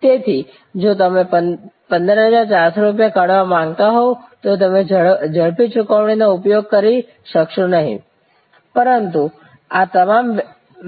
તેથી જો તમે 15400 રૂપિયા કાઢવા માંગતા હોવ તો તમે ઝડપી ચુકવણીનો ઉપયોગ કરી શકશો નહીં પરંતુ આ તમામ